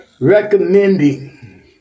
recommending